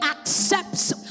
accepts